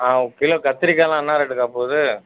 ஆ kilo கத்திரிக்காய்லாம் என்ன ரேட்டுக்கா போகுது